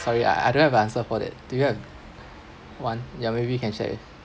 sorry I I don't have an answer for that do you have one yeah maybe you can share if